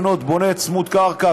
בונה צמוד קרקע,